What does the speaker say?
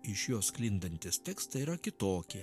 iš jo sklindantys tekstai yra kitokie